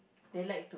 they like